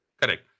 correct